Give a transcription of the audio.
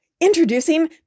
introducing